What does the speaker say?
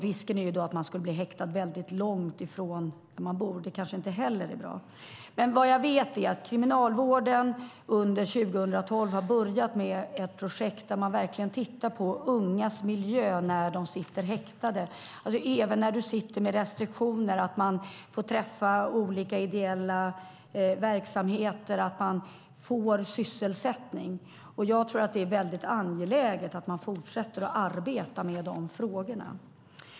Risken är att man skulle bli häktad väldigt långt ifrån där man bor, och det kanske inte heller är så bra. Vad jag vet har Kriminalvården under 2012 börjat med ett projekt där man verkligen tittar på ungas miljö där de sitter häktade. Även om det finns restriktioner får de träffa olika ideella verksamheter och får sysselsättning. Där är det angeläget att fortsätta arbeta med de frågorna.